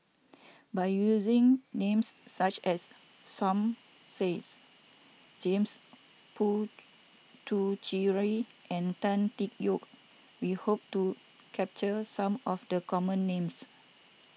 by using names such as Som Saids James Puthucheary and Tan Tee Yoke we hope to capture some of the common names